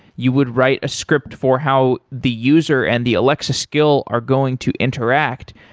you would write a script for how the user and the alexa skill are going to interact.